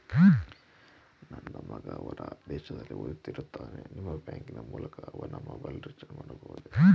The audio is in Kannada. ನನ್ನ ಮಗ ಹೊರ ದೇಶದಲ್ಲಿ ಓದುತ್ತಿರುತ್ತಾನೆ ನಿಮ್ಮ ಬ್ಯಾಂಕಿನ ಮೂಲಕ ಅವನ ಮೊಬೈಲ್ ರಿಚಾರ್ಜ್ ಮಾಡಬಹುದೇ?